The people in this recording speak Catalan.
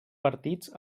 partits